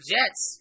Jets